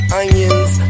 onions